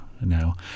now